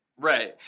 Right